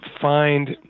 find